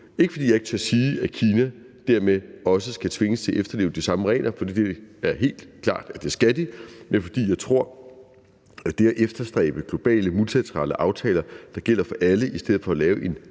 ikke, fordi jeg ikke tør sige, at Kina dermed også skal tvinges til at efterleve de samme regler, for det skal de helt klart, men fordi jeg tror, at vi skal efterstræbe globale multilaterale aftaler, der gælder for alle, i stedet for at lave en